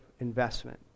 investment